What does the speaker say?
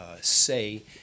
say